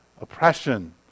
oppression